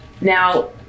now